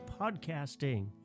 Podcasting